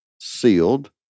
sealed